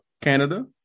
Canada